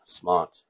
smart